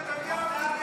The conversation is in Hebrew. מה זה הדבר הזה?